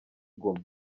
guma